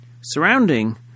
Surrounding